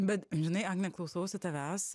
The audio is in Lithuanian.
bet žinai agne klausausi tavęs